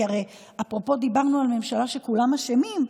כי אפרופו דיברנו על ממשלה שכולם אשמים,